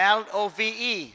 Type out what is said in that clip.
love